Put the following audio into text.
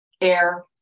air